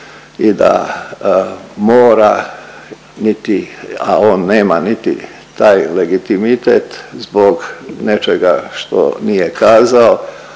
i da mora, niti, a on nema niti taj legitimitet zbog nečega što nije kazao